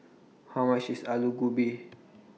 How much IS Aloo Gobi